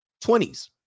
20s